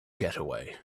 getaway